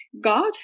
God